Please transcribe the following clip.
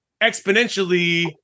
exponentially –